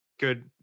good